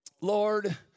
Lord